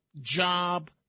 job